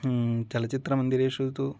चलचित्रमन्दिरेषु तु